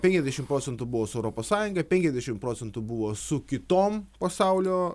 penkiasdešim procentų buvo su europos sąjunga penkiasdešim procentų buvo su kitom pasaulio